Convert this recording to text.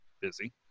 busy